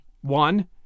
one